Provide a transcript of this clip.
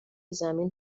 زمین